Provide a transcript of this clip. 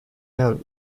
note